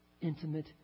intimate